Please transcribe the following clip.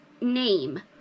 name